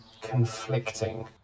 conflicting